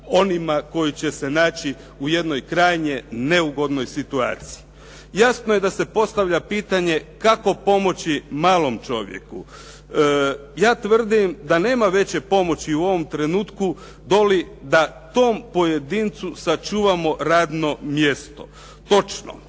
onima koji će se naći u jednoj krajnje neugodnoj situaciji. Jasno je da se postavlja pitanje kako pomoći malom čovjeku. Ja tvrdim da nema veće pomoći u ovom trenutku doli da tom pojedincu sačuvamo radno mjesto. Točno,